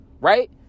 Right